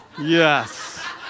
Yes